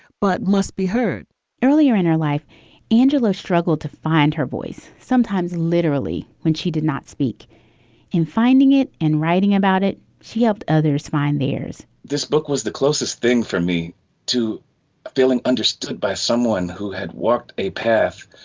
but must be heard earlier in her life angela struggled to find her voice, sometimes literally when she did not speak in finding it and writing about it. she helped others find theirs this book was the closest thing for me to feeling understood by someone who had walked a path